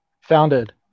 founded